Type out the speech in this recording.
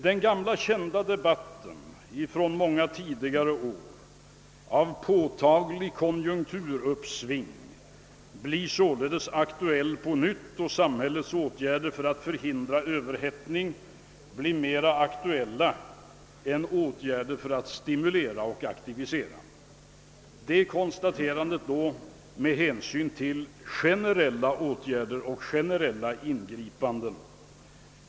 Den gamla kända debatten från många tidigare år av påtagligt konjunkturuppsving blir således aktuell på nytt, och samhällets åtgärder för att förhindra överhettning blir mer aktuella än åtgärder för att stimulera och aktivisera — det konstaterandet gäller generella åtgärder och generella ingripanden.